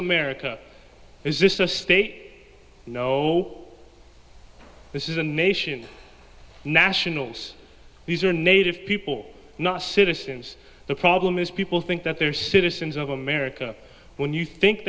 america is this a state no this is a nation nationals these are native people not citizens the problem is people think that they're citizens of america when you think